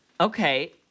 Okay